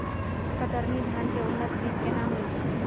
कतरनी धान के उन्नत बीज केना होयत छै?